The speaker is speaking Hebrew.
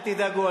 אל תדאגו,